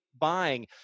buying